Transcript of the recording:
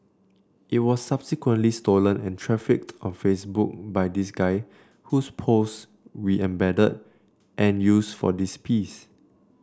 it was subsequently stolen and trafficked on Facebook by this guy whose posts we embedded and used for this piece